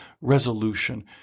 resolution